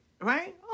right